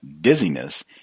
dizziness